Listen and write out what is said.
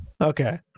Okay